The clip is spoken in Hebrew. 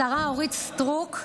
השרה אורית סטרוק,